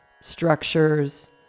structures